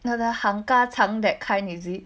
the ham ka chan that kind is it